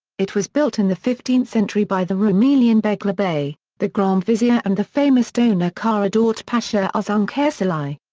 it was built in the fifteenth century by the rumelian beglerbey, the grand vizier and the famous donor kara daut pasha um uzuncarsili.